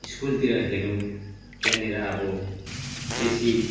स्कुलतिर हेरौँ त्यहाँनिर अब बेसी